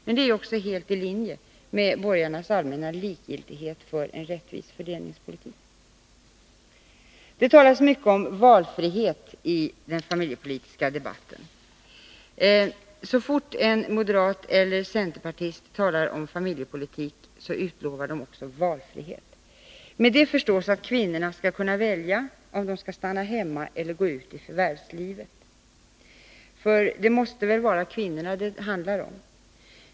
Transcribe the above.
Men det är ju också helt i linje med borgarnas allmänna likgiltighet för en rättvis fördelningspolitik. Det talas mycket om valfrihet i den familjepolitiska debatten. Så fort en moderat eller en centerpartist talar om familjepolitik utlovar han också valfrihet. Med det förstås att kvinnorna skall kunna välja om de skall stanna hemma eller gå ut i förvärvslivet. Det måste väl vara kvinnorna det handlar om.